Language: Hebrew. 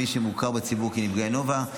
למי שמוכר בציבור כנפגע נובה.